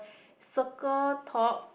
circle top